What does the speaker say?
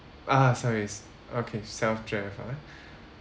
ah sorry s~ okay self-drive ah